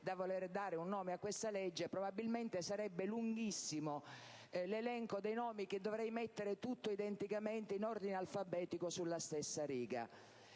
da voler dare un nome a questa legge, probabilmente sarebbe lunghissimo l'elenco dei nomi che dovrei mettere, tutti identicamente, in ordine alfabetico, sulla stessa riga: